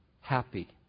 happy